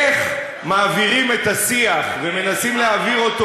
איך מעבירים את השיח ומנסים להעביר אותו